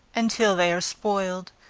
until they are spoiled.